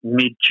mid